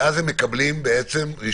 ואז הם מקבלים רישיון